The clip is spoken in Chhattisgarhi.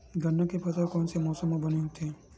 गन्ना के फसल कोन से मौसम म बने होथे?